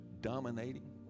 dominating